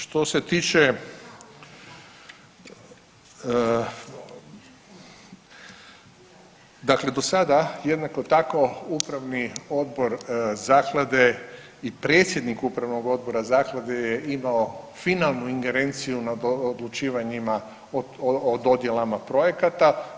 Što se tiče, dakle do sada jednako tako upravni odbor zaklade i predsjednik upravnog odbora zaklade je imao finalnu ingerenciju na odlučivanjima o dodjelama projekata.